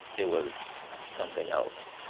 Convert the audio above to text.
it was something else.